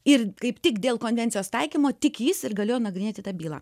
ir kaip tik dėl konvencijos taikymo tik jis ir galėjo nagrinėti tą bylą